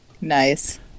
Nice